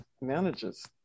manages